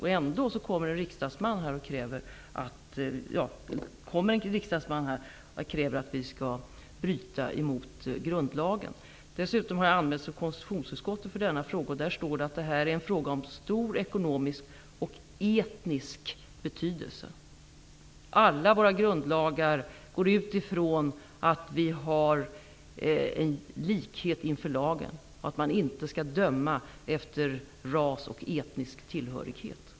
Trots detta kommer en riksdagsman och kräver att vi skall bryta mot grundlagen. Jag har dessutom anmälts till konstitutionsutskottet i denna fråga. Där står det att detta är en fråga av stor ekonomisk och etnisk betydelse. Alla våra grundlagar utgår från att vi har likhet inför lagen och att man inte skall döma efter ras och etnisk tillhörighet.